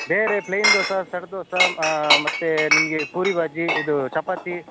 ಬೇರೆ plain dosa set dosa ಮತ್ತೆ ನಿಮಗೆ ಪೂರಿ ಭಾಜಿ ಇದು ಚಪಾತಿ